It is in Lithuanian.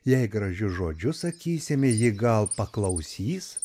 jai gražius žodžius sakysime ji gal paklausys